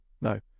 no